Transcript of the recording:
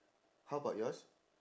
how about yours